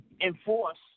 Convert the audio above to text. enforce